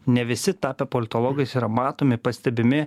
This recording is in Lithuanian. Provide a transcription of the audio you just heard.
ne visi tapę politologais yra matomi pastebimi